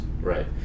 right